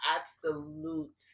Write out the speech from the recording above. absolute